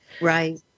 Right